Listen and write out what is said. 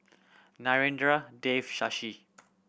Narendra Dev Shashi